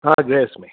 हा गृहे अस्मि